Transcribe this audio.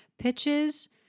Pitches